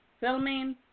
filming